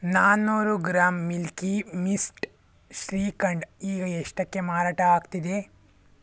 ನಾನ್ನೂರು gram Milky Mist shrikhand ಈಗ ಎಷ್ಟಕ್ಕೆ ಮಾರಾಟ ಆಗ್ತಿದೆ